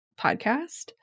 podcast